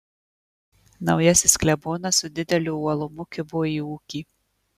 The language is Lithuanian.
naujasis klebonas su dideliu uolumu kibo į ūkį